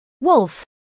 wolf